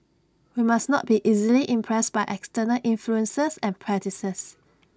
we must not be easily impressed by external influences and practices